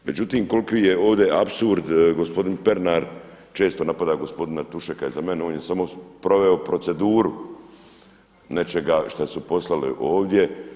Međutim, koliki je ovdje apsurd, gospodin Pernar često napada gospodina Tušeka, a za mene on je samo sproveo proceduru nečega što su poslali ovdje.